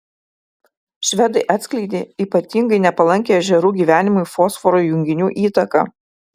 švedai atskleidė ypatingai nepalankią ežerų gyvenimui fosforo junginių įtaką